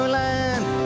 land